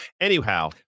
Anyhow